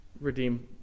redeem